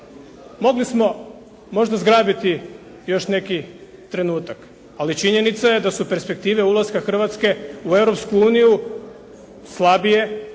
mogli smo možda zgrabiti još neki trenutak. Ali činjenica je da su perspektive ulaska Hrvatske u Europsku